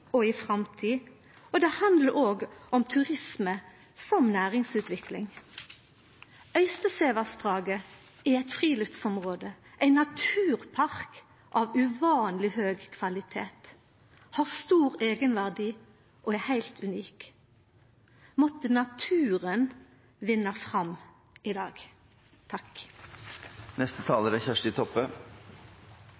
og i framtid, og det handlar òg om turisme som næringsutvikling. Øystesevassdraget er eit friluftsområde, ein naturpark av uvanleg høg kvalitet – det har stor eigenverdi og er heilt unikt. Måtte naturen vinna fram i dag.